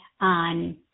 on